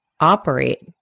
operate